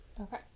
Okay